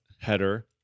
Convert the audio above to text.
header